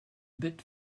bit